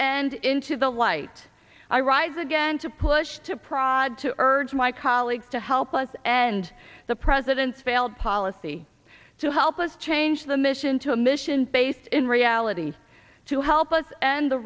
and into the light i rise again to push to prod to urge my colleagues to help us and the president's failed policy to help us change the mission to a mission based in realities to help us and the